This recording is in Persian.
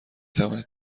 توانید